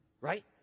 Right